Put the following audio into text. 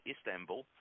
Istanbul